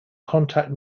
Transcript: contact